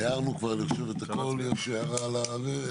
יש הערה על זה?